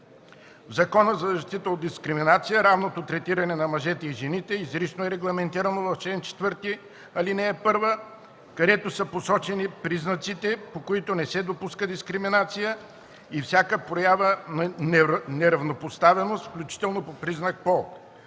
В Закона за защита от дискриминация равното третиране на мъжете и жените изрично е регламентирано в чл. 4, ал. 1, където са посочени признаците, по които не се допуска дискриминация, и всяка проява на неравнопоставеност, включително по признак „пол“,